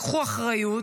לקחו אחריות.